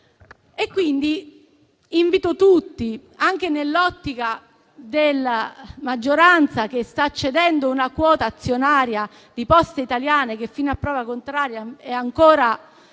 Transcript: Quindi invito tutti, anche nell'ottica della maggioranza, che sta cedendo una quota azionaria di Poste Italiane, che fino a prova contraria è ancora